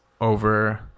over